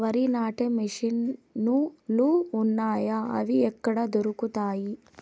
వరి నాటే మిషన్ ను లు వున్నాయా? అవి ఎక్కడ దొరుకుతాయి?